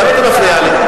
למה אתה מפריע לי?